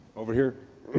over here.